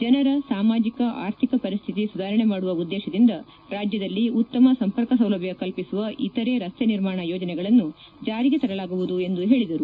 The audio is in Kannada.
ಜನರ ಸಾಮಾಜಿಕ ಆರ್ಥಿಕ ಪರಿಸ್ಥಿತಿ ಸುಧಾರಣೆ ಮಾಡುವ ಉದ್ದೇಶದಿಂದ ರಾಜ್ಯದಲ್ಲಿ ಉತ್ತಮ ಸಂಪರ್ಕ ಸೌಲಭ್ಯ ಕಲ್ಪಿಸುವ ಇತರ ರಸ್ತೆ ನಿರ್ಮಾಣ ಯೋಜನೆಗಳನ್ನು ಜಾರಿಗೆ ತರಲಾಗುವುದು ಎಂದು ಹೇಳಿದರು